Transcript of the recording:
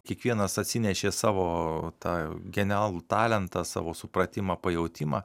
kiekvienas atsinešė savo tą genialų talentą savo supratimą pajautimą